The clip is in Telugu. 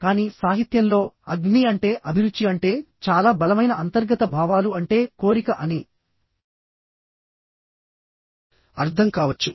కానీ సాహిత్యంలో అగ్ని అంటే అభిరుచి అంటే చాలా బలమైన అంతర్గత భావాలు అంటే కోరిక అని అర్ధం కావచ్చు